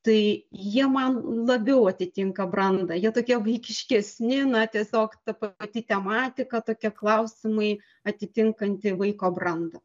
tai jie man labiau atitinka brandą jie tokie vaikiškesni na tiesiog ta pati tematika tokie klausimai atitinkanti vaiko brandą